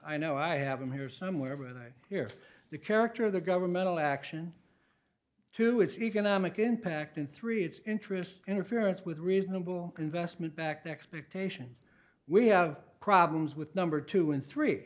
i know i have them here somewhere right here the character of the governmental action to its economic impact and three its interest interference with reasonable investment back the expectation we have problems with number two and three